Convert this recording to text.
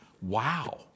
Wow